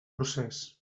procés